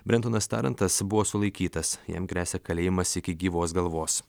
brentonas tarantas buvo sulaikytas jam gresia kalėjimas iki gyvos galvos